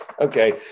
Okay